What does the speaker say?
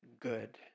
good